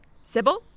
Sybil